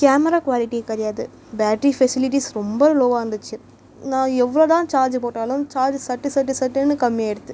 camera quality கிடையாது battery facilities ரொம்ப லோவாக இருந்துச்சு நான் எவ்வளோதான் சார்ஜு போட்டாலும் சார்ஜு சட்டு சட்டு சட்டுன்னு கம்மியாக ஆகிடுது